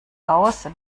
aus